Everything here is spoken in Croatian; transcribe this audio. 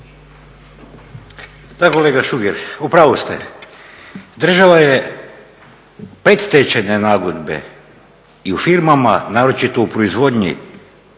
Da kolega Šuker, u pravu ste. Država je predstečajne nagodbe i u firmama, naročito u proizvodnji,